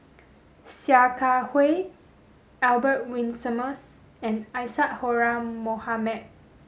Sia Kah Hui Albert Winsemius and Isadhora Mohamed